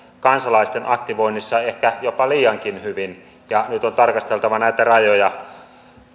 kansalaisten aktivoinnissa ehkä jopa liiankin hyvin ja nyt on tarkasteltava näitä rajoja